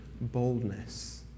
boldness